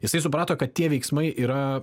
jisai suprato kad tie veiksmai yra